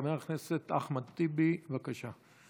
חבר הכנסת אחמד טיבי, בבקשה.